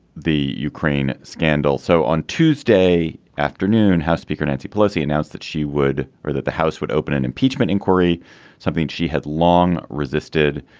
the ukraine scandal. so on tuesday afternoon house speaker nancy pelosi announced that she would or that the house would open an impeachment inquiry something she had long resisted.